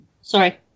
Sorry